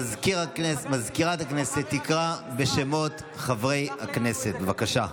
סגנית מזכיר הכנסת תקרא בשמות חברי הכנסת, בבקשה.